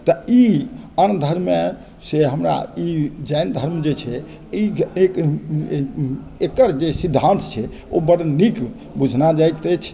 तऽ ई आन धर्ममेसँ हमरा ई जैन धर्म जे छै ई एक एकर जे सिद्धान्त छै ओ बड्ड नीक बुझना जाइत अछि